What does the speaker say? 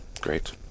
Great